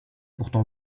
pourtant